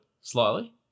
slightly